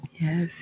yes